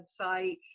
website